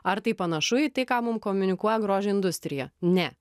ar tai panašu į tai ką mum komunikuoja grožio industrija ne